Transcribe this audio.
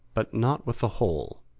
but not with the whole,